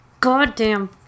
goddamn